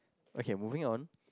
okay moving on